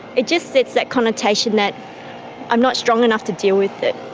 it just sets that connotation that i'm not strong enough to deal with it.